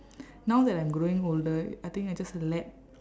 now that I'm growing older I think I just let